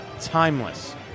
timeless